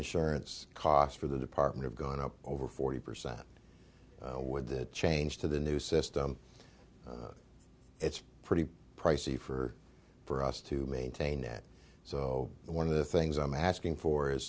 insurance costs for the department of going up over forty percent would that change to the new system it's pretty pricey for for us to maintain that so one of the things i'm asking for is